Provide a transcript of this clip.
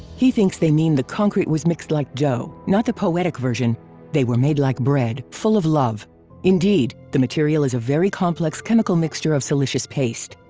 he thinks they mean the concrete was mixed like dough, not the poetic version they were made like bread, full of love indeed, the material is a very complex chemical mixture of siliceous paste.